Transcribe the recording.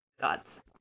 gods